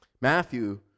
Matthew